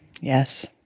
Yes